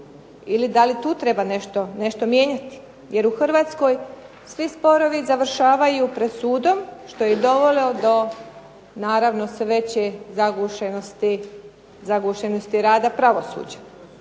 ili da tu treba nešto mijenjati. Jer u Hrvatskoj svi sporovi završavaju pred sudom što je dovelo do sve veće zagušenosti rada pravosuđa.